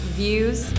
views